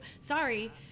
Sorry